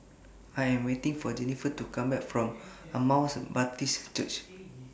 I Am waiting For Jennifer to Come Back from Emmaus Baptist Church